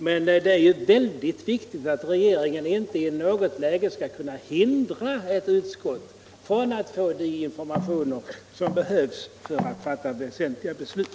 Men det är väldigt viktigt att regeringen inte i något läge skall kunna hindra ett utskott från att få de informationer som behövs för att fatta väsentliga beslut.